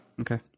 Okay